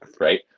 Right